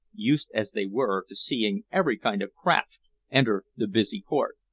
used as they were to seeing every kind of craft enter the busy port.